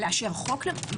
לאשר חוק?